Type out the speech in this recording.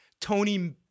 Tony